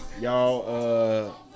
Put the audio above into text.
y'all